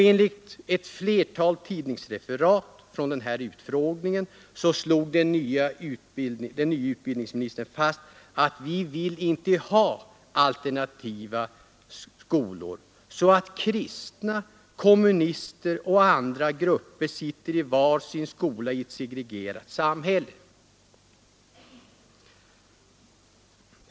Enligt ett flertal tidningsreferat från denna utfrågning slog den nya utbildningsministern fast att man inte vill ha alternativa skolor, så att kristna, kommunister och andra grupper sitter i var sin skola i ett segregerat samhälle.